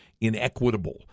inequitable